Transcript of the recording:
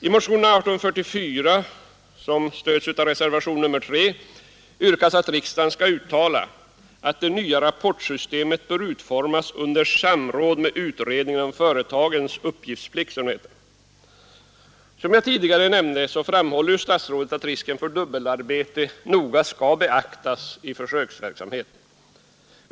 I motionen 1844, som följts upp i reservationen 3, yrkas att riksdagen skall uttala att det nya rapportsystemet bör utformas under samråd med utredningen om företagens uppgiftsplikt. Som jag tidigare nämnde framhåller statsrådet att risken för dubbelarbete noga skall beaktas i försöksverksamheten.